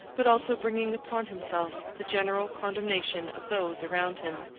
but also bringing upon himself the general condemnation of those around him.